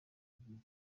ubuvugizi